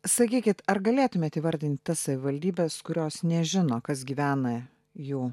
sakykit ar galėtumėt įvardint tas savivaldybes kurios nežino kas gyvena jų